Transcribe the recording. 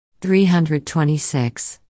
326